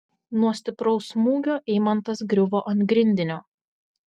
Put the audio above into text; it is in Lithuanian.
nuo stipraus smūgio eimantas griuvo ant grindinio